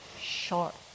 short